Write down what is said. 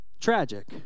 tragic